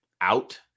out